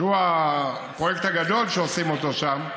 שהוא הפרויקט הגדול שעושים שם.